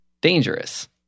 dangerous